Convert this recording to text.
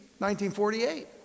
1948